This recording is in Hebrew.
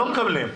לא מקבלים.